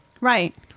Right